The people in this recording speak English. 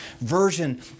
version